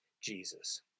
Jesus